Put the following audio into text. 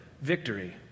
victory